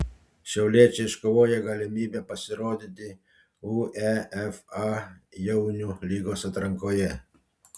šiauliečiai iškovojo galimybę pasirodyti uefa jaunių lygos atrankoje